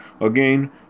Again